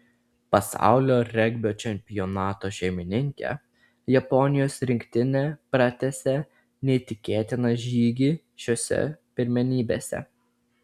pasaulio regbio čempionato šeimininkė japonijos rinktinė pratęsė neįtikėtiną žygį šiose pirmenybėse